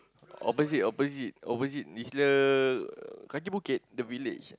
opposite opposite opposite is the Kaki-Bukit the village